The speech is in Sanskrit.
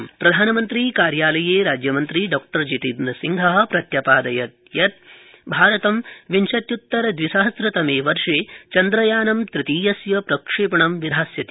चन्द्रयानं तृतीयम् प्रधानमन्त्री कार्यालये राज्यमन्त्री डॉ जितेन्द्रसिंह प्रत्यपादयत् यत् भारतं विंशत्य्त्तर द्विसहस्रतमे वर्षे चन्द्रयानं तृतीयस्य प्रक्षेपणं विधास्यति